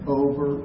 over